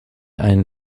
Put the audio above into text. ein